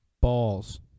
Balls